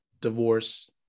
divorce